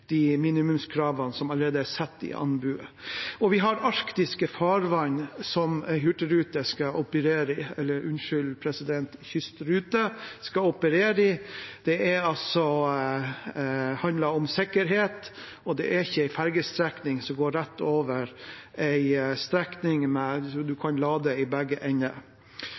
de minimumskravene som allerede er satt i anbudet, og vi har arktiske farvann som en kystrute skal operere i. Det handler om sikkerhet, og det er ikke en ferjestrekning som går rett over, en strekning der en kan lade i begge ender.